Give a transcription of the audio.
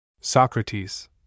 Socrates